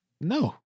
No